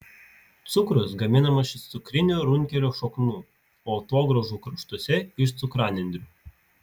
cukrus gaminamas iš cukrinių runkelių šaknų o atogrąžų kraštuose iš cukranendrių